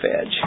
edge